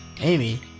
Amy